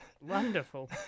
Wonderful